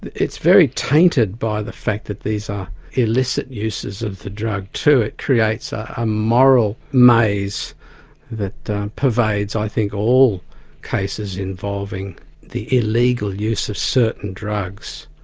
it's very tainted by the fact that these are illicit uses of the drug too it creates a moral maze that pervades, i think, all cases involving the illegal use of certain drugs.